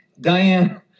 diane